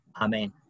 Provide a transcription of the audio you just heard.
Amen